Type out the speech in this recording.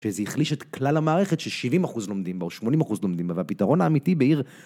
שזה החליש את כלל המערכת ש-70% לומדים בה, או 80% לומדים בה, והפתרון האמיתי בעיר...